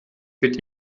wird